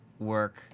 work